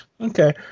Okay